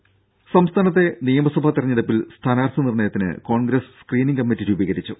ദേദ സംസ്ഥാനത്തെ നിയമസഭാ തിരഞ്ഞെടുപ്പിൽ സ്ഥാനാർത്ഥി നിർണയത്തിന് കോൺഗ്രസ് സ്ക്രീനിംഗ് കമ്മിറ്റി രൂപീകരിച്ചു